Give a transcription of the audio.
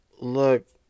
look